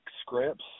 scripts